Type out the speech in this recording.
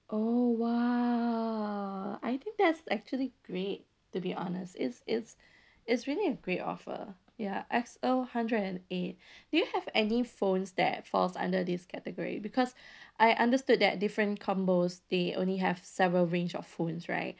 oh !wow! I think that's actually great to be honest it's it's it's really a great offer ya X_O hundred and eight do you have any phones that falls under this category because I understood that different combos they only have several range of phones right